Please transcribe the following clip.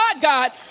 god